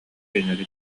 кинилэри